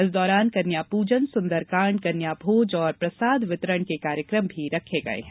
इस दौरान कन्या पूजन सुन्दरकांड कन्याभोज प्रसाद वितरण के कार्यक्रम भी रखे गये है